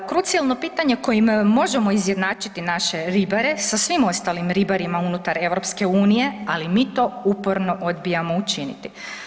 Krucijalno pitanje kojim možemo izjednačiti naše ribare sa svim ostalim ribarima unutar EU, ali mi to uporno odbijamo učiniti.